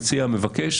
מציע ומבקש